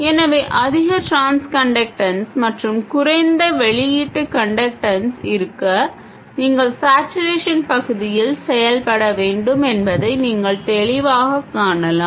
எனவே அதிக transconductance மற்றும் குறைந்த வெளியீட்டு கன்டக்டன்ஸ் இருக்க நீங்கள் சேட்சுரேஷன் பகுதியில் செயல்பட வேண்டும் என்பதை நீங்கள் தெளிவாகக் காணலாம்